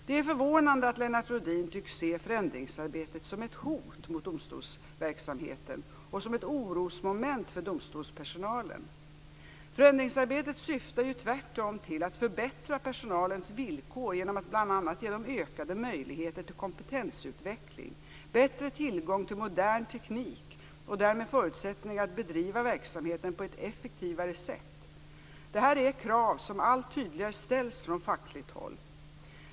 Det är förvånande att Lennart Rohdin tycks se förändringsarbetet som ett hot mot domstolsverksamheten och som ett orosmoment för domstolspersonalen. Förändringsarbetet syftar ju tvärtom till att förbättra personalens villkor genom att bl.a. ge den ökade möjligheter till kompetensutveckling, bättre tillgång till modern teknik och därmed förutsättningar att bedriva verksamheten på ett effektivare sätt. Detta är ett krav som allt tydligare ställs från fackligt håll.